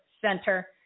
Center